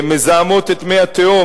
מזהמות את מי התהום,